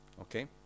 Okay